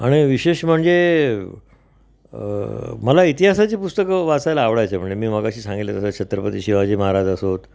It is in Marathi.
आणि विशेष म्हणजे मला इतिहासाची पुस्तकं वाचायला आवडायचं म्हणजे मी मग अशी सांगितलं जसं छत्रपती शिवाजी महाराज असोत